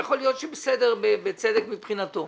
יכול להיות שבצדק מבחינתו.